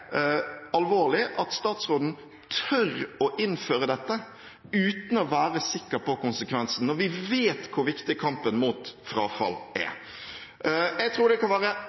alvorlig at statsråden tør å innføre dette uten å være sikker på konsekvensene, når vi vet hvor viktig kampen mot frafall er. Jeg tror det kan være